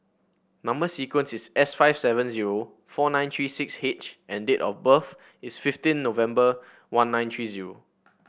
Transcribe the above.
number sequence is S five seven zero four nine three six H and date of birth is fifteen November one nine three zero